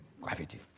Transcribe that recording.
gravity